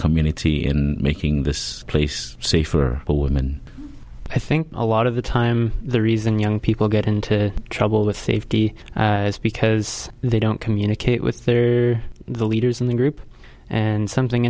community in making this place safe for a woman i think a lot of the time the reason young people get into trouble with safety is because they don't communicate with their the leaders in the group and something